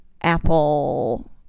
Apple